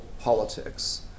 politics